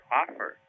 offer